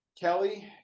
kelly